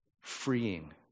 freeing